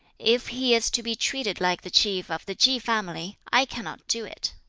if he is to be treated like the chief of the ki family, i cannot do it.